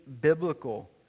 biblical